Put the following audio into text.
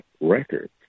records